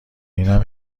اینم